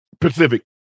Pacific